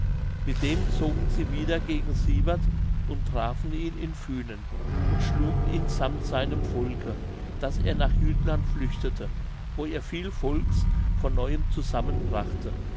mit dem zogen sie wieder gegen sievert und trafen ihn in fünen und schlugen ihn sammt seinem volke daß er nach jütland flüchtete wo er viel volks von neuem zusammen